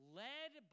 led